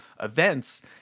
events